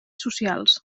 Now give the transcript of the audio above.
socials